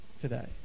today